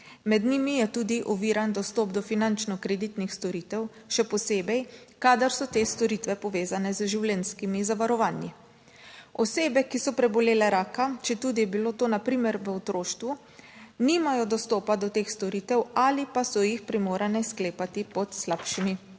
Med njimi je tudi oviran dostop do finančno kreditnih storitev, še posebej, kadar so te storitve povezane z življenjskimi zavarovanji. Osebe, ki so prebolele raka, četudi je bilo to na primer v otroštvu, nimajo dostopa do teh storitev ali pa so jih primorane sklepati pod slabšimi